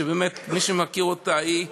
שבאמת, מי שמכיר אותה, היא אש,